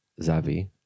Zavi